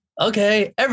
okay